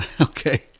Okay